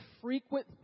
frequent